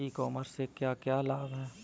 ई commerce से क्या क्या लाभ हैं?